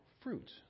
fruit